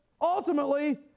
ultimately